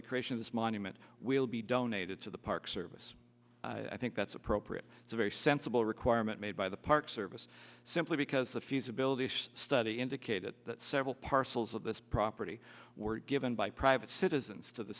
this monument will be donated to the park service i think that's appropriate it's a very sensible requirement made by the park service simply because the feasibility study indicated that several parcels of this property were given by private citizens to the